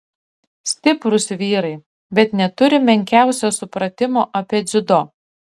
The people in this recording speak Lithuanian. stiprūs vyrai bet neturi menkiausio supratimo apie dziudo